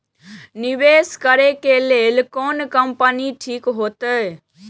निवेश करे के लेल कोन कंपनी ठीक होते?